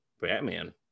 Batman